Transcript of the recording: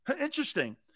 Interesting